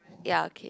ya okay